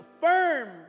firm